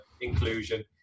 inclusion